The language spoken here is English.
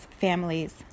families